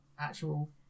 actual